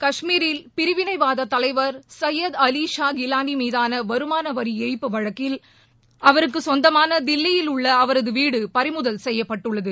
கஷ்மீரில் பிரிவினைவாத தலைவர் சையத் அலி ஷா கிலானி மீதான வருமான வரி ஏய்ப்பு வழக்கில் அவருக்குச் சொந்தமான தில்லியில் உள்ள அவரது பறிமுதல் செய்யப்பட்டுள்ளது